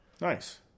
Nice